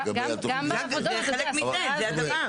זה חלק מזה.